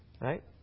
Right